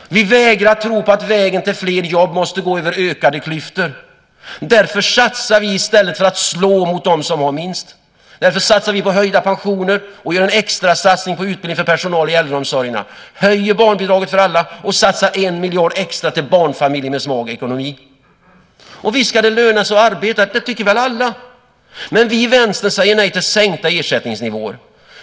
Vi vägrar tro på att vägen till fler jobb måste gå över ökade klyftor. Därför gör vi satsningar i stället för att slå mot dem som har minst. Därför satsar vi på höjda pensioner och gör en extra satsning på utbildning av personal i äldreomsorgen, höjer barnbidraget för alla och satsar 1 miljard extra på barnfamiljer med svag ekonomi. Visst ska det löna sig att arbeta. Det tycker väl alla? Men vi i Vänstern säger nej till sänkta ersättningsnivåer.